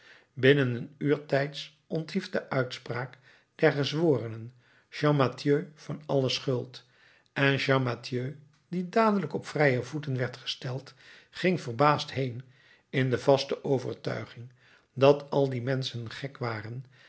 binnen een uur tijds onthief de uitspraak der gezworenen champmathieu van alle schuld en champmathieu die dadelijk op vrije voeten werd gesteld ging verbaasd heen in de vaste overtuiging dat al die menschen gek waren